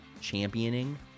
Championing